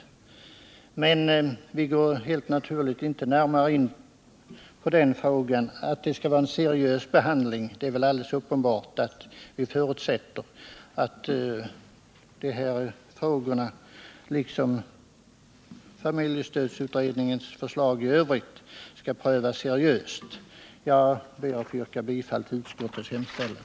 Men vi går helt naturligt inte närmare in på den frågan. Det är väl uppenbart att vi förutsätter att de här frågorna liksom familjestödsutredningens förslag i övrigt skall prövas seriöst. Jag ber att få yrka bifall till utskottets hemställan.